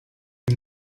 nie